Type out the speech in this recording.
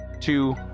two